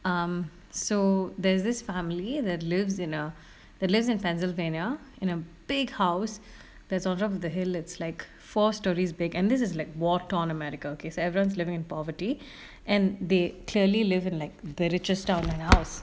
um so there's this family that lives in a that lives in pennsylvania in a big house that's on top of the hill it's like four stories big and this is like war torn america okay so everyone living in poverty and they clearly live in like the richest town and house